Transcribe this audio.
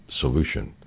solution